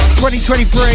2023